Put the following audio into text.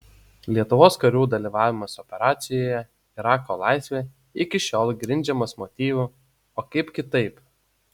lietuvos karių dalyvavimas operacijoje irako laisvė iki šiol grindžiamas motyvu o kaip kitaip